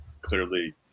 clearly